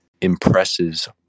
impresses